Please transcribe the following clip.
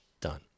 done